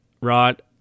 right